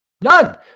None